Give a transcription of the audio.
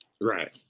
Right